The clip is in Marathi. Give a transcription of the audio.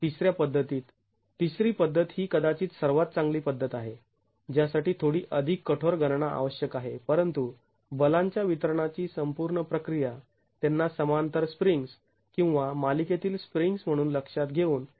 तिसऱ्या पद्धतीत तिसरी पद्धत ही कदाचित सर्वात चांगली पद्धत आहे ज्यासाठी थोडी अधिक कठोर गणना आवश्यक आहे परंतु बलांच्या वितरणाची संपूर्ण प्रक्रिया त्यांना समांतर स्प्रिंग्ज् किंवा मालिकेतील स्प्रिंग्ज् म्हणून लक्षात घेऊन प्रत्यक्षात विचार करते